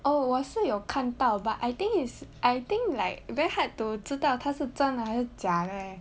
oh 我舍友看到 but I think is I think like very hard to 知道他是真的还是假 leh